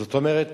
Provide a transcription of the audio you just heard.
זאת אומרת,